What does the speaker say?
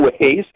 ways